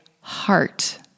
heart